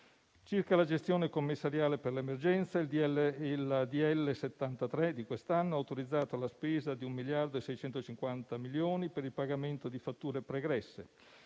Circa la gestione commissariale per l'emergenza, il decreto-legge n. 73 di quest'anno ha autorizzato la spesa di un miliardo e 650 milioni per il pagamento di fatture pregresse,